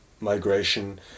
migration